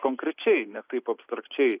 konkrečiai ne taip apstrakčiai